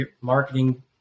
marketing